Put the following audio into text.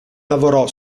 lavorò